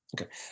okay